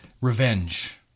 revenge